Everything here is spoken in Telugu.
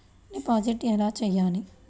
డిపాజిట్ ఎలా చెయ్యాలి?